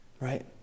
right